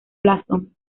blasón